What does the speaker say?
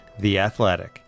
theathletic